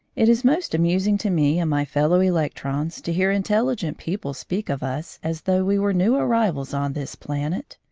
it is most amusing to me and my fellow-electrons to hear intelligent people speak of us as though we were new arrivals on this planet.